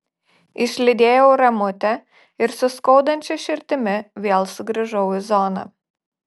išlydėjau ramutę ir su skaudančia širdimi vėl sugrįžau į zoną